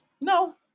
no